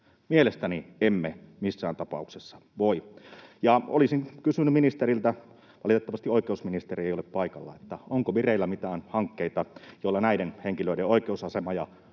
Mielestäni emme missään tapauksessa voi. Olisin kysynyt ministeriltä — valitettavasti oikeusministeri ei ole paikalla — onko vireillä mitään hankkeita, joilla näiden henkilöiden oikeusasema ja